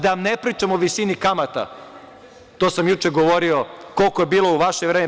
Da vam ne pričam o visini kamata, to sam juče govorio, koliko je bilo u vaše vreme.